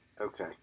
Okay